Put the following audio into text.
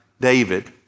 David